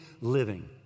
living